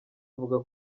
avuga